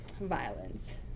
violence